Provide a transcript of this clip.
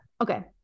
Okay